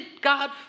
God